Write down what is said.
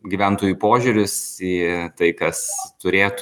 gyventojų požiūris į tai kas turėtų